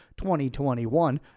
2021